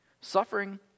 Suffering